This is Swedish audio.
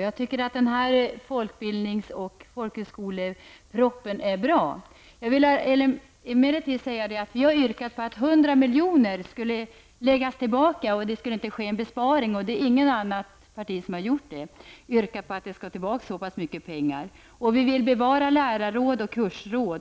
Jag tycker att den här folkbildnings och folkhögskolepropositionen är bra. Vi har emellertid yrkat att den besparing på 100 milj.kr. som föreslagits inte skall göras. Det är inget annat parti som har lagt fram ett sådant förslag. Vi vill också bevara lärarråd och kursråd.